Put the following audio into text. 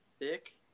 thick